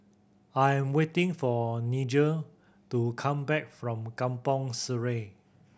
I'm waiting for Nigel to come back from Kampong Sireh